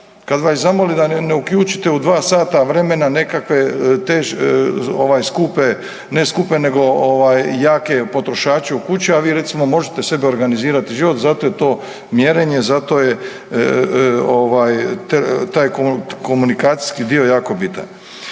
kada vas zamoli da ne uključite u 2 sata vremena nekakve skupe, ne skupe nego jake potrošače u kući a vi recimo možete sebi organizirati život, zato je to mjerenje, zato je taj komunikacijski dio jako bitan.